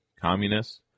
communists